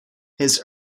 his